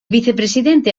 vicepresidente